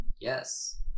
Yes